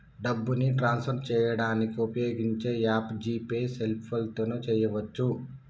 డబ్బుని ట్రాన్స్ఫర్ చేయడానికి ఉపయోగించే యాప్ జీ పే సెల్ఫోన్తో చేయవచ్చు